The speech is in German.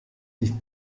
nicht